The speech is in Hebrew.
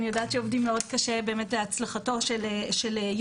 את חבר הכנסת יוראי להב הרצאנו שהוא המנוע הכי גדול מאחורי היום